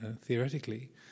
theoretically